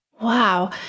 Wow